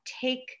take